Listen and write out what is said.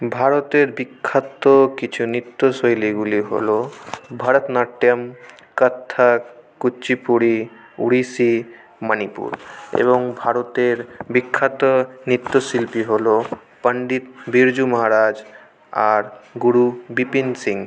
ভারতের বিখ্যাত কিছু নৃত্যশৈলীগুলি হল ভরতনাট্যম কত্থক কুচিপুড়ি ওড়িষি মণিপুর এবং ভারতের বিখ্যাত নৃত্যশিল্পী হল পন্ডিত বিরজু মহারাজ আর গুরু বিপিন সিং